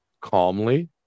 calmly